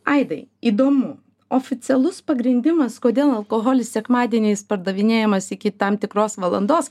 aidai įdomu oficialus pagrindimas kodėl alkoholis sekmadieniais pardavinėjamas iki tam tikros valandos